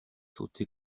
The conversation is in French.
sauté